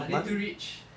are they too rich